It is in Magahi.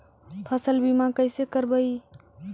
फसल बीमा कैसे करबइ?